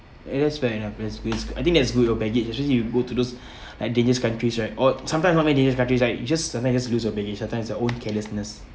it is fair enough that's good I think that's good your baggage usually you go to those at dangerous countries right or sometimes not only dangerous countries right you just sometimes you just lose you baggage sometimes your own carelessness